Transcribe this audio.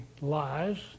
lies